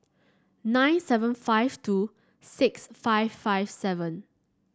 nine seven five two six five five seven